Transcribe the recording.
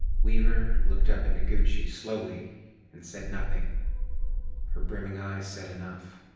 weaver looked up at noguchi slowly and said nothing her brimming eyes said enough.